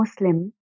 Muslim